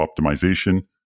optimization